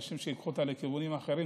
אם אנשים ייקחו אותה לכיוונים אחרים,